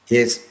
Yes